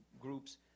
groups